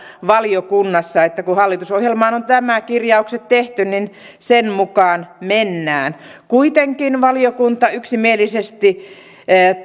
valiokunnassa kun kun hallitusohjelmaan on nämä kirjaukset tehty niin sen mukaan mennään kuitenkin valiokunta yksimielisesti